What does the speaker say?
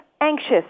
anxious